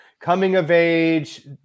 coming-of-age